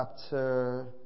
chapter